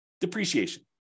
depreciation